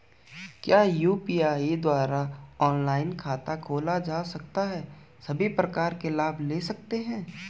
क्या यु.पी.आई द्वारा ऑनलाइन खाता खोला जा सकता है सभी प्रकार के लाभ ले सकते हैं?